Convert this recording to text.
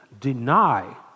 deny